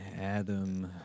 Adam